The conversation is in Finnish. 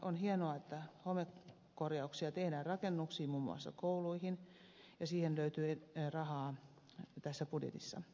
on hienoa että homekorjauksia tehdään rakennuksiin muun muassa kouluihin ja siihen löytyy rahaa tässä budjetissa